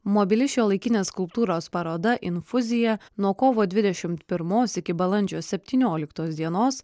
mobili šiuolaikinės skulptūros paroda infuzija nuo kovo dvidešimt pirmos iki balandžio septynioliktos dienos